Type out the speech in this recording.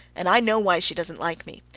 and i know why she doesn't like me.